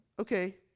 Okay